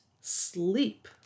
sleep